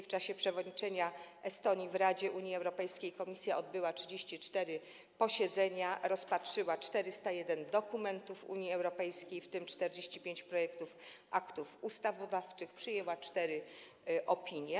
W czasie przewodniczenia Estonii w Radzie Unii Europejskiej komisja odbyła 34 posiedzenia, rozpatrzyła 401 dokumentów Unii Europejskiej, w tym 45 projektów aktów ustawodawczych, przyjęła cztery opinie.